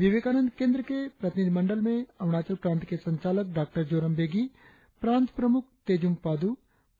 विवेकानंद केंद्र के प्रतिनिधिमंडल में अरुणाचल प्रांत के संचालक डॉ जोराम बेगी प्रांत प्रमुख तेजुम पाद्र